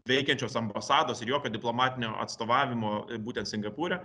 veikiančios ambasados ir jokio diplomatinio atstovavimo būtent singapūre